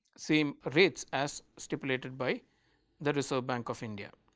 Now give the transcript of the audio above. same rates as stipulated by the reserve bank of india.